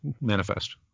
manifest